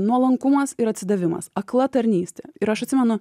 nuolankumas ir atsidavimas akla tarnystė ir aš atsimenu